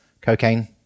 cocaine